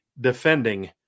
defending